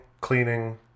cleaning